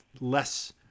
less